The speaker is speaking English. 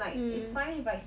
mm